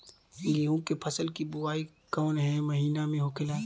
गेहूँ के फसल की बुवाई कौन हैं महीना में होखेला?